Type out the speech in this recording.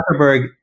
Zuckerberg